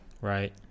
right